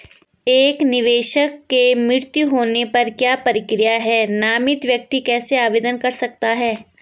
एक निवेशक के मृत्यु होने पर क्या प्रक्रिया है नामित व्यक्ति कैसे आवेदन कर सकता है?